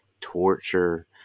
torture